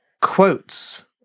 quotes